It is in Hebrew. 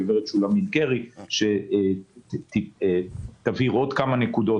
גברת שולמית גרי תבהיר עוד כמה נקודות